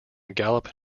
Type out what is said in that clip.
gallup